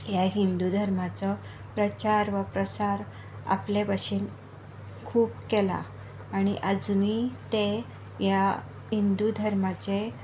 ह्या हिंदू धर्माचो प्रचार वा प्रसार आपले भाशेन खूब केला आनी आजुनूय ते ह्या हिंदू धर्माचे